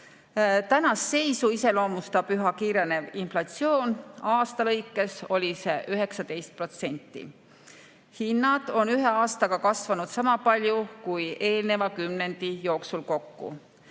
Tänast seisu iseloomustab üha kiirenev inflatsioon, aasta lõikes oli see 19%. Hinnad on ühe aastaga kasvanud sama palju kui eelneva kümnendi jooksul kokku.